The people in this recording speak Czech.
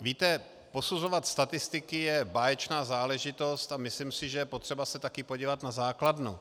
Víte, posuzovat statistiky je báječná záležitost, a myslím si, že je potřeba se taky podívat na základnu.